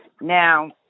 Now